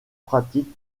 pratique